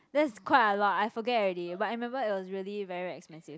that's quite a lot I forget already but I remember it was really very expensive